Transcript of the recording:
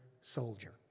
soldier